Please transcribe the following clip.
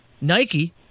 Nike